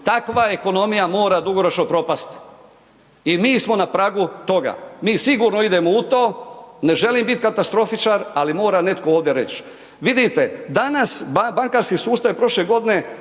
Takva ekonomija mora dugoročno propast i mi smo na pragu toga, mi sigurno ide u to. Ne želim biti katastrofičar, ali ovdje netko to mora reć. Vidite, danas bankarski sustav je prošle godine